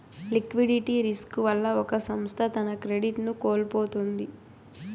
liquidity risk వల్ల ఒక సంస్థ తన క్రెడిట్ ను కోల్పోతుంది